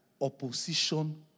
opposition